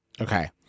Okay